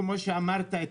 כמו שאמרת,